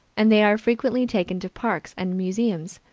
and they are frequently taken to parks and museums.